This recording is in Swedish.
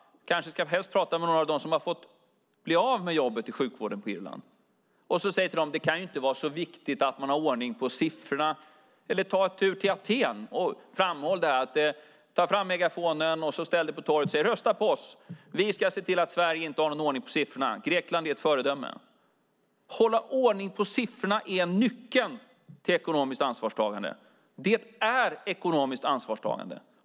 Ja, helst ska du kanske prata med några av dem som har blivit av med jobbet i sjukvården på Irland. Säg till dem: Det kan inte vara så viktigt att man har ordning på siffrorna! Eller ta en tur till Aten, ta fram megafonen, ställ dig på torget och säg: Rösta på oss! Vi ska se till att Sverige inte har någon ordning på siffrorna. Grekland är ett föredöme. Att hålla ordning på siffrorna är nyckeln till ekonomiskt ansvarstagande. Det är ekonomiskt ansvarstagande.